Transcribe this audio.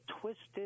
twisted